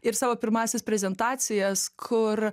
ir savo pirmąsias prezentacijas kur